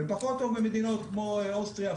ופחות טוב ממדינות כמו אוסטריה,